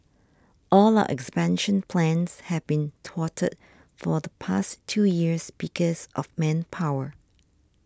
all our expansion plans have been thwarted for the past two years because of manpower